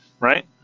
right